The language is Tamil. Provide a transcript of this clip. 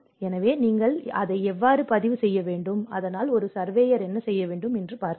எனவே நீங்கள் அதை எவ்வாறு பதிவு செய்ய வேண்டும் அதனால் ஒரு சர்வேயர் பார்க்கிறார்